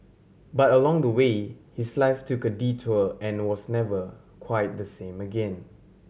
but along the way his life took a detour and was never quite the same again